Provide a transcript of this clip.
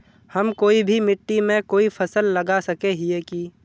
हम कोई भी मिट्टी में कोई फसल लगा सके हिये की?